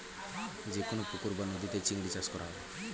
যে কোন পুকুর বা নদীতে চিংড়ি চাষ করা হয়